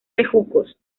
bejucos